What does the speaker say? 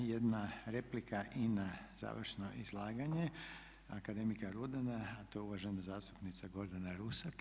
Ima jedna replika i na završno izlaganje akademika Rudana a to je uvažena zastupnica Gordana Rusak.